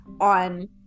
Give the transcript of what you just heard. on